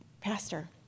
pastor